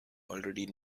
already